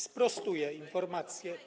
Sprostuję informację.